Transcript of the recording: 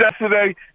yesterday